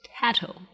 Tattle